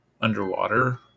underwater